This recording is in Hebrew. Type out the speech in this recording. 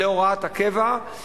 להוראת הקבע,